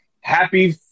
Happy